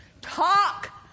talk